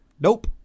nope